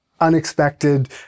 unexpected